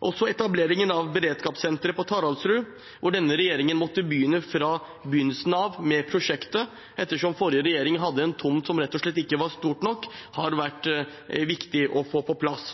Også etableringen av beredskapssenteret på Taraldrud – hvor denne regjeringen måtte starte prosjektet fra begynnelsen av, ettersom forrige regjering hadde en tomt som rett og slett ikke var stor nok – har vært viktig å få på plass.